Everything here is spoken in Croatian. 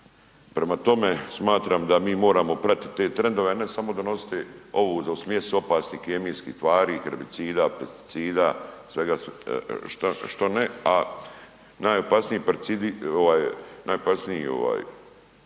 Prema tome smatram da mi moramo pratiti te trendove, a ne samo donositi ovu za u smjesu opasnih kemijskih tvari, herbicida, pesticida, sve što ne, a najopasniji ovaj hebicid koji proizvodi znači